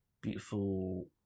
beautiful